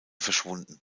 verschwunden